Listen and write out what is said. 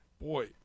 boy